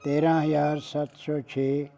ਤੇਰਾਂ ਹਜ਼ਾਰ ਸੱਤ ਸੌ ਛੇ